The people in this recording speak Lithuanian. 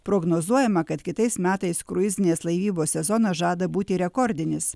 prognozuojama kad kitais metais kruizinės laivybos sezonas žada būti rekordinis